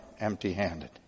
empty-handed